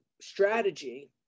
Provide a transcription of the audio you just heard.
strategy